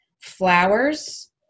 Flowers